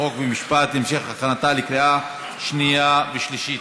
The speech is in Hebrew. חוק ומשפט להמשך הכנתה לקריאה שנייה ושלישית.